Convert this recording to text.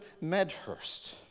Medhurst